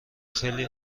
خیلی